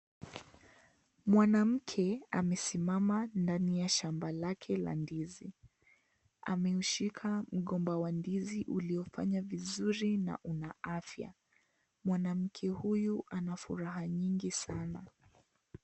Mwanamke amesimama ndani ya shamba lake la ndizi. Amemshika mgomba wa ndizi uliofanya vizuri na una afya. Mwanamke huyu anafuraha nyingi sana.